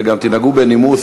וגם תנהגו בנימוס.